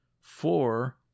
Four